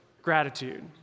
gratitude